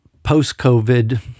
Post-COVID